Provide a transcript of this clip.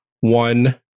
one